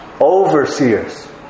overseers